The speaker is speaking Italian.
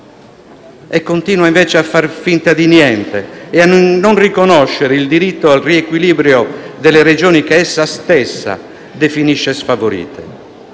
e continua invece a far finta di niente e a non riconoscere il diritto al riequilibrio delle regioni che essa stessa definisce sfavorite.